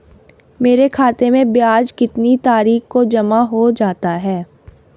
मेरे खाते में ब्याज कितनी तारीख को जमा हो जाता है?